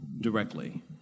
directly